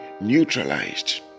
neutralized